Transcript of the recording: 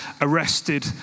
arrested